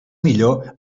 millor